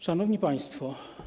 Szanowni Państwo!